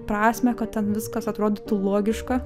prasmę kad ten viskas atrodytų logiška